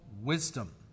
wisdom